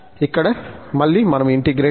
ఇక్కడ మళ్ళీ మనము ఇంటిగ్రేట్ చేయాలి